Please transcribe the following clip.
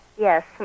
Yes